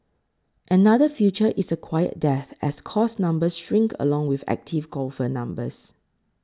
another future is a quiet death as course numbers shrink along with active golfer numbers